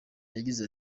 yagize